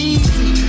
Easy